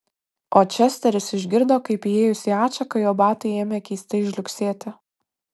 o česteris išgirdo kaip įėjus į atšaką jo batai ėmė keistai žliugsėti